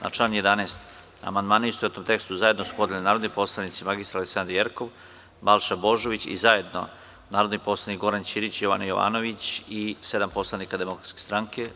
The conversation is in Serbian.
Na član 11. amandmane, u istovetnom tekstu, zajedno su podneli narodni poslanici mr Aleksandra Jerkov, Balša Božović i zajedno narodni poslanik Goran Ćirić, Jovana Jovanović i sedam poslanika Demokratske stranke.